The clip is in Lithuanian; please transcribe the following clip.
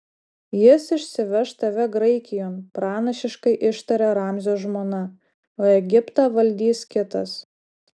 jis išsiveš tave graikijon pranašiškai ištarė ramzio žmona o egiptą valdys kitas